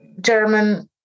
German